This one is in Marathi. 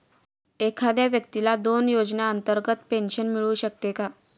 एखाद्या व्यक्तीला दोन योजनांतर्गत पेन्शन मिळू शकते का?